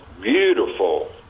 beautiful